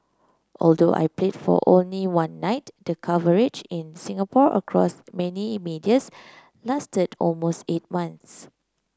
although I played for only one night the coverage in Singapore across many medias lasted almost eight months